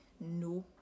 no